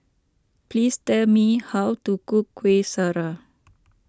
please tell me how to cook Kueh Syara